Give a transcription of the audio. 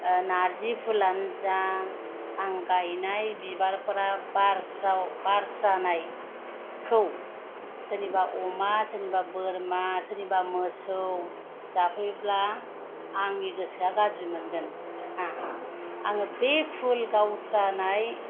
नार्जि फुलानो जा आं गायनाय बिबारफ्रा बारस्राव बारस्रानायखौ सोरनिबा अमा सोरनिबा बोरमा सोरनिबा मोसौ जाफैब्ला आंनि गोसोया गाज्रि मोनगोन आं आङो बे फुल गावस्रानाय